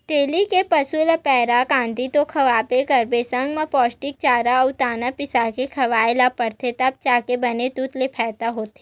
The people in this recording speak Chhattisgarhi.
डेयरी के पसू ल पैरा, कांदी तो खवाबे करबे संग म पोस्टिक चारा अउ दाना बिसाके खवाए ल परथे तब जाके बने दूद ले फायदा होथे